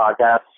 Podcast